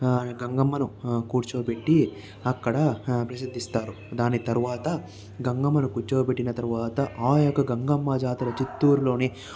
గంగమ్మను కూర్చోబెట్టి అక్కడ ప్రసిద్ధిస్తారు దాని తర్వాత గంగమ్మను కూర్చోపెట్టిన తరువాత ఆ యొక్క గంగమ్మ జాతర చిత్తూరులోని